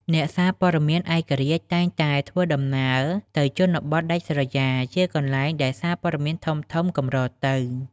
អ្នកសារព័ត៌មានឯករាជ្យតែងធ្វើដំណើរទៅជនបទដាច់ស្រយាលជាកន្លែងដែលសារព័ត៌មានធំៗកម្រទៅ។